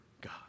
God